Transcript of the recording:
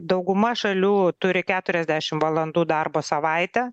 dauguma šalių turi keturiasdešim valandų darbo savaitę